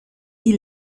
die